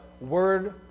word